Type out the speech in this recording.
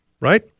Right